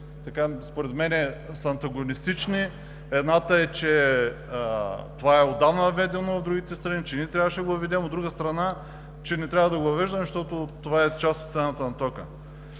според мен са антагонистични. Едната е, че това е отдавна въведено в другите страни и, че и ние трябваше да го въведем. От друга страна, че не трябва да го въвеждаме, защото това е цената на тока,